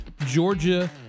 Georgia